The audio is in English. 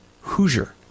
Hoosier